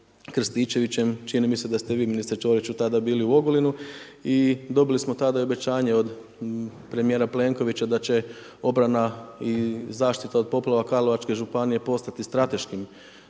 Krstičevićem, čini mi se da ste i vi ministre Ćoriću bili u Ogulinu i dobili smo tada i obećanje od premijera Plenkovića da će obrana i zaštita od poplava Karlovačke županije postati strateškim